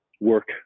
work